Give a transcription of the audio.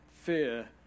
Fear